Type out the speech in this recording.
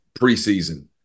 preseason